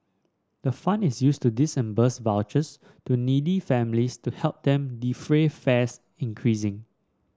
the fund is used to vouchers to needy families to help them defray fares increasing